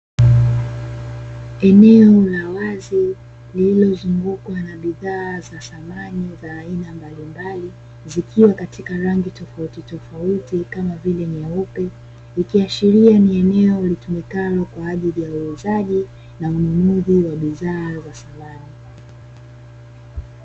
Eneo la wazi lilizozungukwa na bidhaa za samani za aina mbalimbali, zikiwa katika rangi tofautitofauti kama vile nyeupe. ikiashiria ni eneo litumikalo kwa ajili ya uuzaji na ununuzi wa bidhaa za samani.